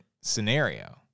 scenario